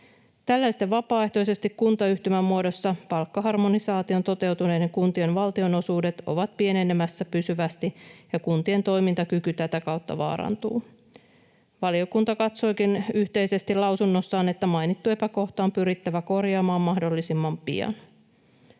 Tällaisten vapaaehtoisesti kuntayhtymämuodossa palkkaharmonisaation toteuttaneiden kuntien valtionosuudet ovat pienenemässä pysyvästi ja kuntien toimintakyky tätä kautta vaarantuu. Valiokunta katsookin yhteisesti mietinnössään, että mainittu epäkohta on pyrittävä korjaamaan mahdollisimman pian.